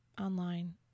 online